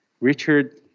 Richard